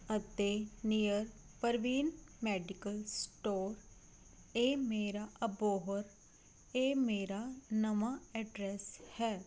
ਅਤੇ near Parveen medical store ਇਹ ਮੇਰਾ ਅਬੋਹਰ ਇਹ ਮੇਰਾ ਨਵਾਂ ਐਡਰੈਸ ਹੈ